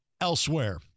elsewhere